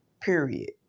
Period